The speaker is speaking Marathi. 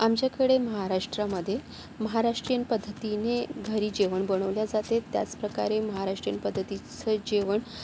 आमच्याकडे महाराष्ट्रामध्ये महाराष्ट्रीयन पद्धतीने घरी जेवण बनवले जाते त्याचप्रकारे महाराष्ट्रीयन पद्धतीचे जेवण